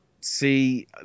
See